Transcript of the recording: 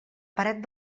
paret